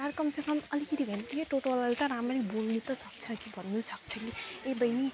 यार कम से कम अलिकति भए नि यो टोटोवालाले त राम्ररी बोल्नु त सक्छ भन्नु सक्छ ए बहिनी